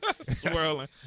Swirling